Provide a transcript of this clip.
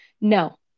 No